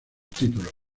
título